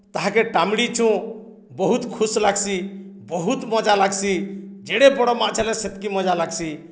ତାହାକେ ଟାମ୍ଡ଼ିଛୁଁ ବହୁତ୍ ଖୁସ୍ ଲାଗ୍ସି ବହୁତ୍ ମଜା ଲାଗ୍ସି ଜଡ଼େ ବଡ଼୍ ମାଛ୍ ହେଲେ ସେତ୍କି ମଜା ଲାଗ୍ସି